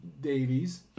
Davies